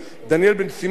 דניאל בן-סימון,